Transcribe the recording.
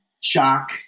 shock